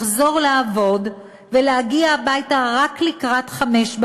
לחזור לעבוד ולהגיע הביתה רק לקראת 17:00,